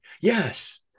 yes